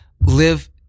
live